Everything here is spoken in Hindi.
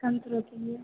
कम थोड़ा कीजिए